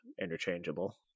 interchangeable